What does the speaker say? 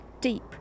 deep